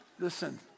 Listen